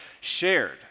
shared